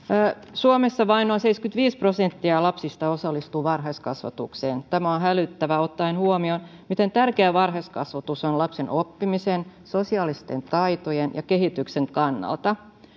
suomessa vain noin seitsemänkymmentäviisi prosenttia lapsista osallistuu varhaiskasvatukseen tämä on hälyttävää ottaen huomioon miten tärkeää varhaiskasvatus on lapsen oppimisen sosiaalisten taitojen ja kehityksen kannalta